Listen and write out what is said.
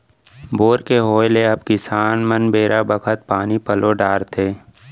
bore के होय ले अब किसान मन बेरा बखत पानी पलो डारथें